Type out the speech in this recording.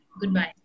Goodbye